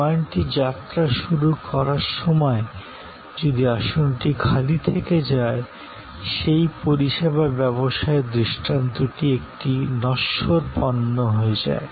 বিমানটি যাত্রা শুরু করার সময় যদি আসনটি খালি থেকে যায় সেই পরিষেবা ব্যবসায়ের দৃষ্টান্তটি একটি নশ্বর পণ্য হয়ে যায়